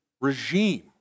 regime